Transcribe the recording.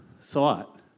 thought